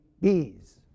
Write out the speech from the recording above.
bees